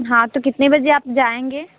हाँ तो कितने बजे आप जाएँगे